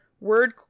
Word